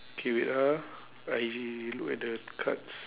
K wait ah I look at the cards